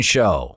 Show